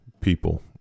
people